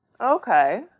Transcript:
Okay